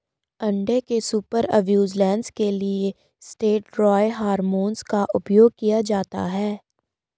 अंडे के super ovulation के लिए स्टेरॉयड हार्मोन का उपयोग किया जाता है